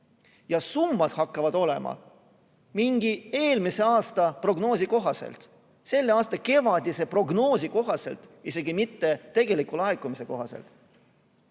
summad hakkavad olema mingi eelmise aasta prognoosi kohaselt, selle aasta kevadise prognoosi kohaselt, isegi mitte tegeliku laekumise kohaselt.